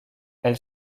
elle